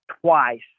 twice